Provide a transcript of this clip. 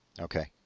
Okay